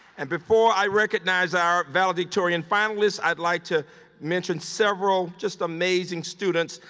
and before i recognize our valedictorian finalists, i'd like to mention several just amazing students.